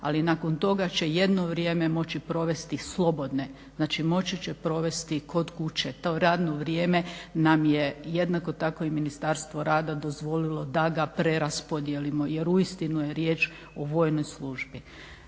ali nakon toga će jedno vrijeme moći provesti slobodne, znači moći će provesti kod kuće. To radno vrijeme nam je jednako tako i Ministarstvo rada dozvolilo da ga preraspodijelimo jer uistinu je riječ o vojnoj službi.